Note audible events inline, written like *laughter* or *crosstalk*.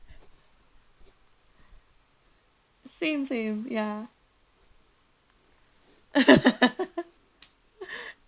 same same ya *laughs*